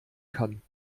kann